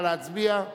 נא להצביע.